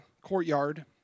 courtyard